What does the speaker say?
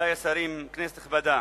מכובדי השרים, כנסת נכבדה,